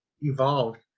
evolved